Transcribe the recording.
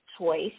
choice